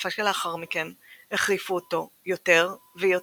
בתקופה שלאחר מכן החריפו אותו יותר ויותר.